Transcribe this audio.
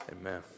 amen